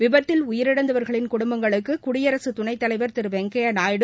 விபத்தில் உயிரிழந்தவர்களின் குடும்பங்களுக்குடியரசுதுணைத்தலைவர் திருவெங்கையாநாயுடு